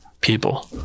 People